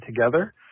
together